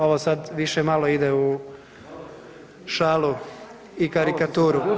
Ovo sad više malo ide u šalu i karikaturu.